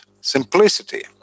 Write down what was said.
simplicity